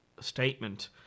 statement